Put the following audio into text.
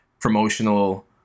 promotional